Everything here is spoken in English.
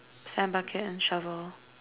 sand bucket and shovel